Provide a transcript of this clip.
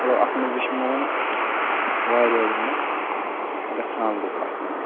مطلب اَتھ منٛز وٕچھ مےٚ وۄنۍ واریاہ یِم نہٕ گژھان لُکھ اَتھ منٛز